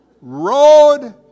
Road